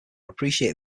appreciated